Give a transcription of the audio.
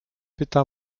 pyta